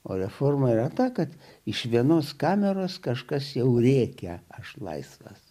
o reforma yra ta kad iš vienos kameros kažkas jau rėkia aš laisvas